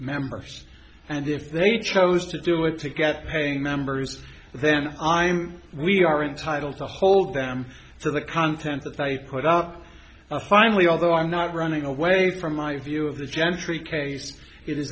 members and if they chose to do it to get paying members then i'm we are entitled to hold them for the content that they put out finally although i'm not running away from my view of the gentry case i